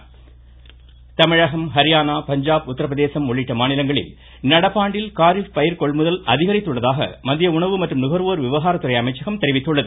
நெல் கொள்முதல் தமிழகம் ஹரியாணா பஞ்சாப் உத்திரபிரதேசம் உள்ளிட்ட மாநிலங்களில் நடப்பாண்டில் காரீப் பயிர்கொள்முதல் அதிகரித்துள்ளதாக மத்திய உணவு மற்றும் நுகர்வோர் விவகாரத்துறை அமைச்சகம் தெரிவித்துள்ளது